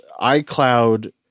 iCloud